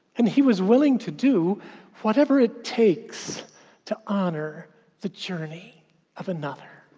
and he was willing to do whatever it takes to honor the journey of another.